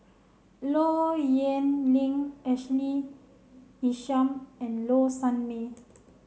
Low Yen Ling Ashley Isham and Low Sanmay